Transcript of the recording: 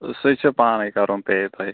ٲں سُہ چھُو پانٔے کَرُن پیٚے تۄہہِ